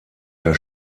der